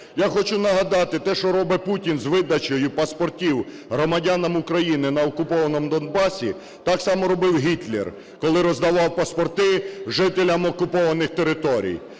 Я хочу нагадати, те, що робить Путін з видачею паспортів громадянам України на окупованому Донбасі, так само робив Гітлер, коли роздавав паспорти жителям окупованих територій,